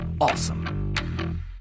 awesome